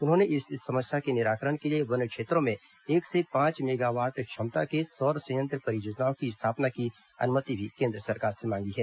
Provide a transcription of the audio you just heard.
उन्होंने इस समस्या के निराकरण के लिए वन क्षेत्रों में एक से पांच मेगावाट क्षमता के सौर संयंत्र परियोजनाओं की स्थापना की अनुमति भी केन्द्र सरकार से मांगी है